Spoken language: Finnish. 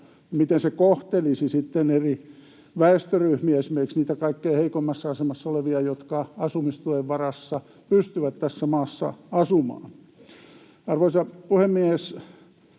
miten se kohtelisi sitten eri väestöryhmiä, esimerkiksi niitä kaikkein heikoimmassa asemassa olevia, jotka asumistuen varassa pystyvät tässä maassa asumaan. Arvoisa puhemies!